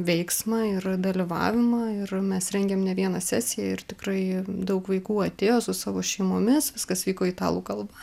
veiksmą ir dalyvavimą ir mes rengėm ne vieną sesiją ir tikrai daug vaikų atėjo su savo šeimomis viskas vyko italų kalba